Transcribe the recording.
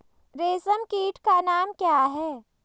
रेशम कीट का नाम क्या है?